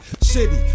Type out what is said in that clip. City